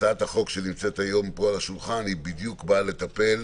הצעת החוק שנמצאת היום על השולחן באה לטפל